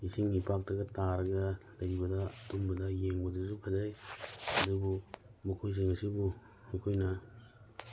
ꯏꯁꯤꯡ ꯏꯄꯥꯛꯇꯒ ꯇꯥꯔꯒ ꯂꯩꯕꯗ ꯑꯗꯨꯝꯕꯗ ꯌꯦꯡꯕꯗꯁꯨ ꯐꯖꯩ ꯑꯗꯨꯕꯨ ꯃꯈꯣꯏꯁꯤꯡ ꯑꯁꯤꯕꯨ ꯃꯈꯣꯏꯅ